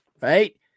right